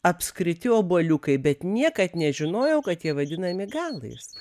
apskriti obuoliukai bet niekad nežinojau kad jie vadinami galais